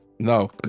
No